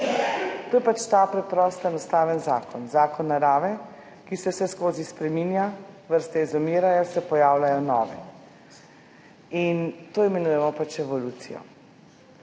To je ta preprost enostaven zakon, zakon narave, ki se vseskozi spreminja, vrste izumirajo, se pojavljajo nove in to imenujemo evolucija.